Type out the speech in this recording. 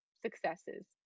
successes